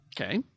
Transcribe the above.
okay